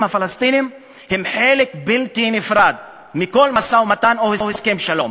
הפלסטינים הם חלק בלתי נפרד מכל משא-ומתן או הסכם שלום,